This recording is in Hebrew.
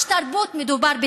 יש תרבות, מדובר בתרבות,